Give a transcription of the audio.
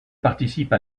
participe